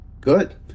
Good